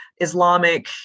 Islamic